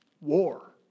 war